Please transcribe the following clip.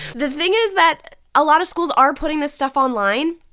the thing is that a lot of schools are putting this stuff online,